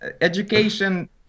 education